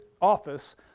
office